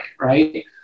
right